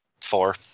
Four